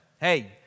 Hey